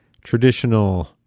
traditional